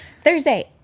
Thursday